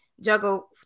juggle